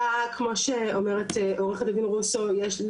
יש לכאורה עידוד להגיש בקשות פיקטיביות,